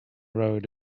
road